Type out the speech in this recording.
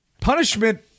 punishment